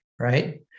Right